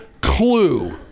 clue